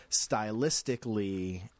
stylistically